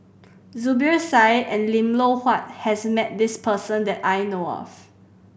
Zubir Said and Lim Loh Huat has met this person that I know of